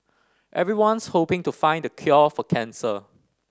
everyone's hoping to find the cure for cancer